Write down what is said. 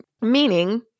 meaning